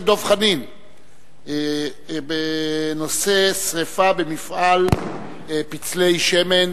דב חנין בנושא: שרפה במפעל פצלי שמן.